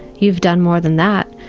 you've done more than that.